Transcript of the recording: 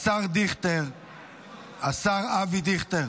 השר אבי דיכטר.